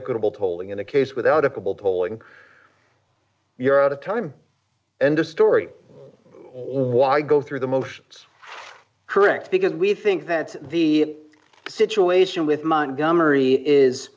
equitable tolling in the case without a couple polling you're out of time and a story why go through the motions correct because we think that the situation with montgomery is